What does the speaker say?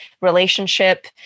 Relationship